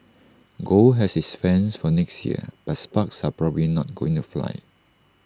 gold has its fans for next year but sparks are probably not going to fly